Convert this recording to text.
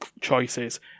choices